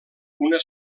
una